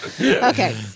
Okay